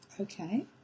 Okay